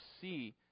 see